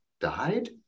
died